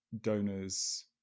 donors